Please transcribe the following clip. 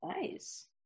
Nice